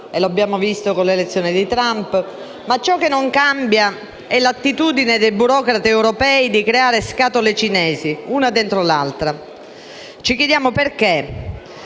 (lo abbiamo visto con l'elezione di Trump), ma ciò che non cambia è l'attitudine dei burocrati europei a creare scatole cinesi, una dentro l'altra; ci chiediamo perché.